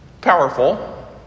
powerful